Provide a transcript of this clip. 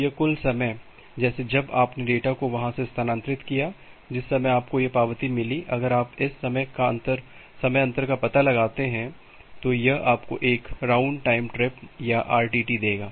तो यह कुल समय जैसे जब आपने डेटा को वहां से स्थानांतरित कियाजिस समय आपको एक पावती मिली अगर आप इस समय अंतर का पता लगाते हैं तो यह आपको एक राउंड ट्रिप टाइम या RTT देगा